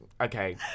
okay